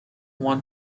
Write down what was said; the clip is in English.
one